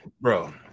Bro